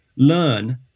learn